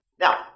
Now